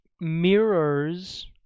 mirrors